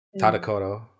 Tadakoto